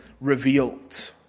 revealed